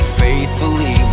faithfully